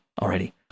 already